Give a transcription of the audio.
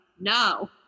no